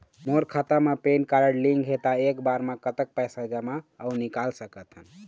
मोर खाता मा PAN card link हे ता एक बार मा कतक पैसा जमा अऊ निकाल सकथन?